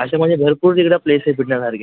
असे म्हणजे भरपूर तिकडं प्लेस आहे फिरण्यासारखे